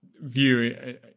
view